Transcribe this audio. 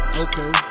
Okay